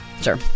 Sure